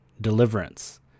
deliverance